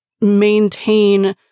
maintain